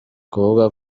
kuvuga